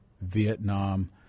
Vietnam